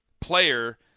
player